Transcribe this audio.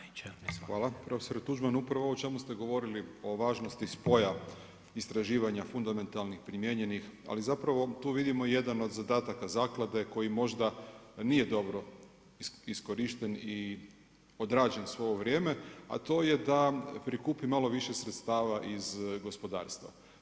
Profesore Tuđman, upravo ovo o čemu ste govorili o važnosti spoja istraživanja fundamentalnih primijenjenih ali zapravo tu vidimo jedan od zadataka zaklade koji možda nije dobro iskorišten i odrađen svo ovo vrijeme a to je da prikupi malo više sredstava iz gospodarstva.